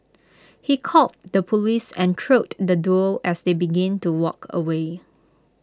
he called the Police and trailed the duo as they begin to walk away